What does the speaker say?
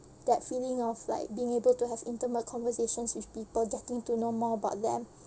that feeling of like being able to have intimate conversations with people getting to know more about them